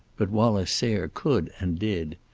but wallace sayre could and did.